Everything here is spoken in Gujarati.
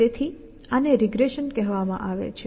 તેથી આને રીગ્રેશન કહેવામાં આવે છે